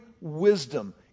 wisdom